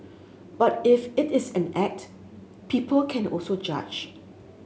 but if it is an act people can also judge